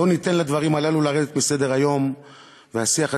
לא ניתן לדברים הללו לרדת מסדר-היום והשיח הציבורי,